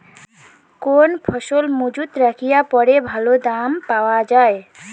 কোন ফসল মুজুত রাখিয়া পরে ভালো দাম পাওয়া যায়?